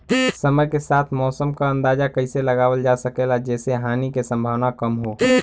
समय के साथ मौसम क अंदाजा कइसे लगावल जा सकेला जेसे हानि के सम्भावना कम हो?